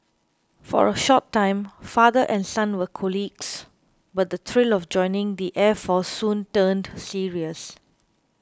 for a short time father and son were colleagues but the thrill of joining the air force soon turned serious